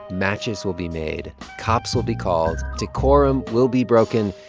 matches will be made. cops will be called. decorum will be broken.